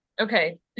okay